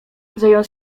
zając